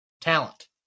talent